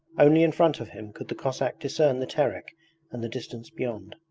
only in front of him could the cossack discern the terek and the distance beyond.